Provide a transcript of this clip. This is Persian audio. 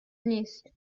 نیست